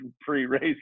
pre-race